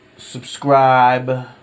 Subscribe